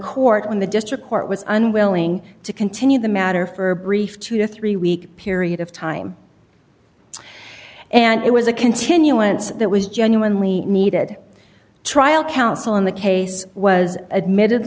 court when the district court was unwilling to continue the matter for a brief two to three week period of time and it was a continuance that was genuinely needed trial counsel in the case was admitted